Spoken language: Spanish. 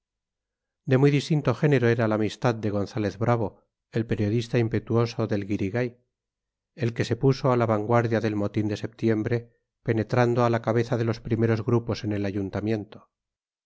de muy distinto género era la amistad de gonzález bravo el periodista impetuoso del guirigay el que se puso a la vanguardia del motín de septiembre penetrando a la cabeza de los primeros grupos en el ayuntamiento